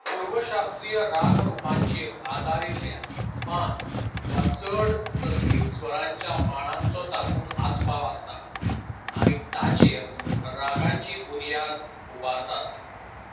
पुर्वशास्त्रीय रागरुपांचेर आदारिल्ल्या पांच वा चड संगीत स्वरांच्या माळांचो तातून आसपाव आसता आनी ताचेर रागांची बुनयाद उबारतात